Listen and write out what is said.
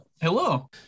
hello